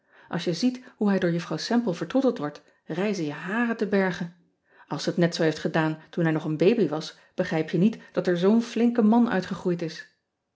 ls je ziet hoe hij door uffrouw emple vertroeteld wordt rijzen je haren te berge ls ze het niet zoo heeft gedaan toen hij nog een baby was begrijp je niet dat er zoo n flinke man uit gegroeid is